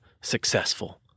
successful